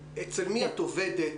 אצל מי את עובדת,